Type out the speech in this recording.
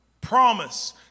promise